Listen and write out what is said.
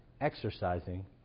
exercising